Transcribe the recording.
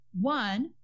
One